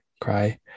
cry